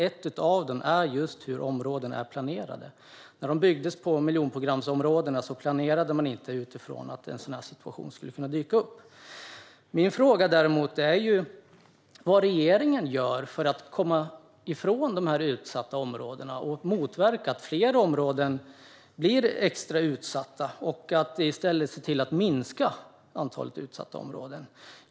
En anledning är just hur områdena är planerade. När miljonprogramsområdena byggdes planerades de inte utifrån att en sådan situation skulle kunna dyka upp. Vad gör regeringen för att motverka att fler sådana områden blir extra utsatta och i stället minska antalet utsatta områden?